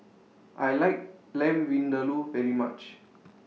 I like Lamb Vindaloo very much